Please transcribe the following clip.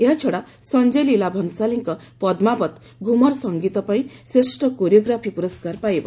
ଏହାଛଡ଼ା ସଂଜୟ ଲୀଳା ଭଂସାଲୀଙ୍କ 'ପଦ୍ମାବତ' ଘୁମର ସଂଗୀତ ପାଇଁ ଶ୍ରେଷ କୋରିଓଗ୍ରାଫି ପୁରସ୍କାର ପାଇବ